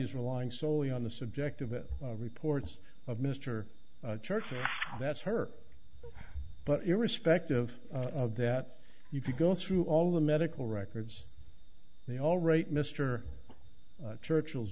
's relying solely on the subject of it reports of mr churchill that's her but irrespective of that you can go through all the medical records they all right mr churchill